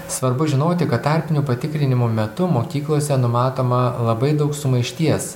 svarbu žinoti kad tarpinių patikrinimų metu mokyklose numatoma labai daug sumaišties